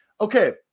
Okay